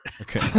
Okay